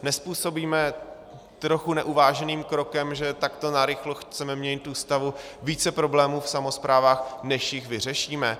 Nezpůsobíme trochu neuváženým krokem, že takto narychlo chceme měnit Ústavu, více problémů v samosprávách, než jich vyřešíme?